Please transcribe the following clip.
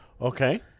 Okay